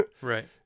right